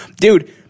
Dude